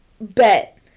Bet